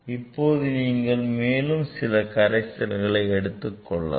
இப்போது நீங்கள் மேலும் சில கரைசல்களை எடுத்துக் கொள்ள வேண்டும்